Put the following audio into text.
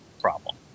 problem